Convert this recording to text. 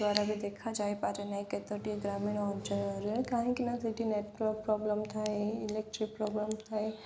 ଦ୍ୱାରା ବି ଦେଖାାଯାଇପାରେ ନାହିଁ କେତୋଟି ଗ୍ରାମୀଣ ଅଞ୍ଚଳରେ କାହିଁକି ନା ସେଠି ନେଟୱାର୍କ ପ୍ରୋବ୍ଲେମ୍ ଥାଏ ଇଲେକ୍ଟ୍ରିକ ପ୍ରୋବ୍ଲେମ୍ ଥାଏ